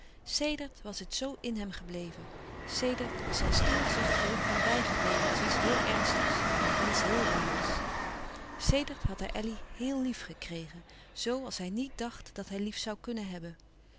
sedert was het zoo in hem gebleven sedert was zijn stil zacht geluk hem bijgebleven als iets heel ernstigs en iets heel waars sedert had hij elly héél lief gekregen z als hij niet dacht dat hij lief zoû kunnen hebben